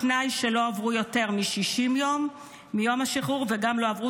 בתנאי שלא עברו יותר מ-60 יום מיום השחרור וגם לא עברו